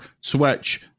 Switch